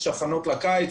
יש הכנות לקיץ,